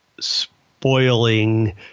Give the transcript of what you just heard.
spoiling